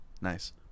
Nice